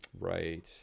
Right